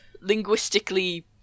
linguistically